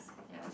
ya